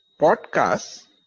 podcasts